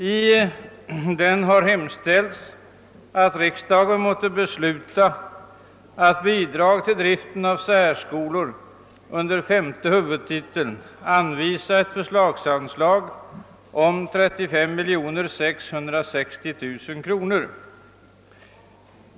I denna har hemställts att riksdagen måtte besluta att till bidrag till driften av särskolor under femte huvudtiteln anvisa ett förslagsanslag om 35 660 000 kronor.